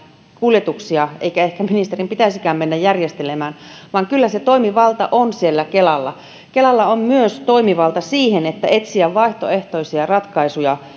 kuljetuksia eikä ministerin ehkä pitäisikään mennä niitä järjestelemään vaan kyllä se toimivalta on siellä kelalla kelalla on myös toimivalta etsiä vaihtoehtoisia ratkaisuja